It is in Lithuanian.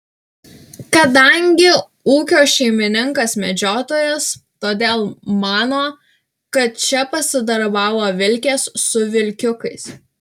kadangi ūkio šeimininkas medžiotojas todėl mano kad čia pasidarbavo vilkės su vilkiukais